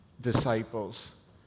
disciples